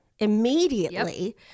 immediately